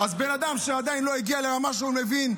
אז בן אדם שעדיין לא הגיע לרמה שהוא מבין,